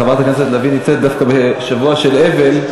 חברת הכנסת לביא נמצאת דווקא בשבוע של אבל,